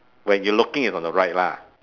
when you looking is on the right lah